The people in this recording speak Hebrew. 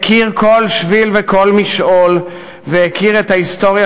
הכיר כל שביל וכל משעול והכיר את ההיסטוריה